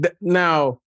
Now